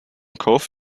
kauf